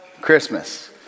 Christmas